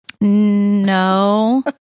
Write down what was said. No